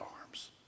arms